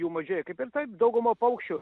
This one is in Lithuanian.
jų mažėja kaip ir taip dauguma paukščių